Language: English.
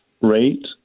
rate